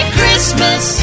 Christmas